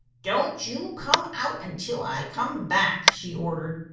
don't you come out until i come back, she ordered.